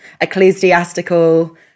ecclesiastical